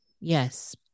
Yes